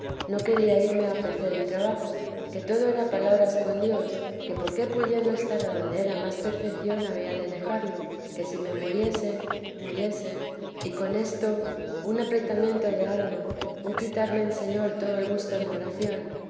no quería irme a ofrecer al trabajo que todo era palabras con dios que por qué pudiendo estar adonde era más perfeción había de dejarlo que si me muriese muriese y con esto un apretamiento de alma un quitarme el señor todo el gusto de la oración